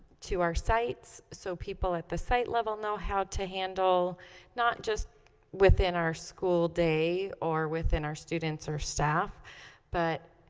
to our sites so people at the site level know how to handle not just within our school day or within our students or staff but